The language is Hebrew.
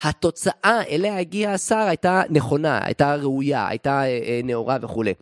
התוצאה אליה הגיע השר הייתה נכונה, הייתה ראויה, הייתה נאורה וכו'.